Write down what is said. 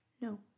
No